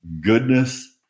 Goodness